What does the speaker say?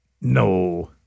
No